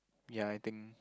ya I think